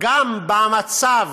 גם במצב